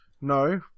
No